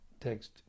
text